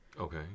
okay